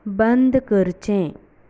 बंद करचें